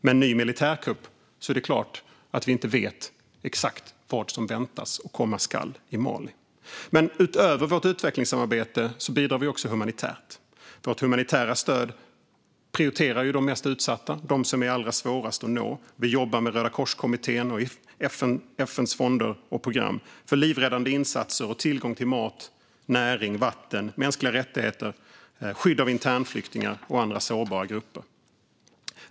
Med en ny militärkupp är det klart att vi inte vet exakt vad som väntar och vad som komma skall i Mali. Utöver vårt utvecklingssamarbete bidrar vi också humanitärt. Vårt humanitära stöd prioriterar dem som är mest utsatta och som är allra svårast att nå. Vi jobbar med Rödakorskommittén och FN:s fonder och program för livräddande insatser och tillgång till mat, näring, vatten, mänskliga rättigheter och skydd av internflyktingar och andra sårbara grupper.